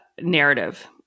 narrative